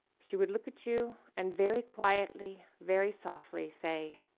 she would look at you and very quietly, very softly say,